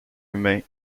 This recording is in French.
humain